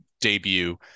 debut